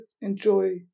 enjoy